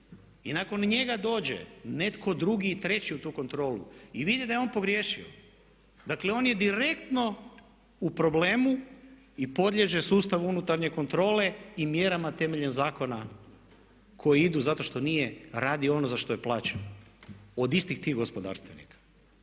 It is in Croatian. i nakon njega dođe netko drugi i treći u tu kontrolu i vidi da je on pogriješio, dakle on je direktno u problemu i podliježe sustavu unutarnje kontrole i mjerama temeljem zakona koji idu zato što nije radio ono za što je plaćen od istih tih gospodarstvenika.